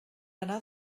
anar